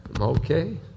Okay